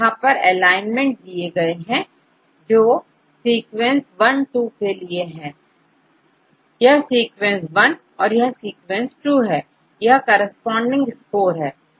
यहां पर एलाइनमेंट दिए हैं जो सीक्वेंस 1 2 के लिए हैं यह सीक्वेंस वन और यह सीक्वेंस टू है यह कॉरेस्पॉन्डिंग स्कोर है